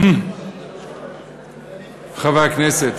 חברי הכנסת,